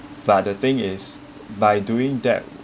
but the thing is by doing that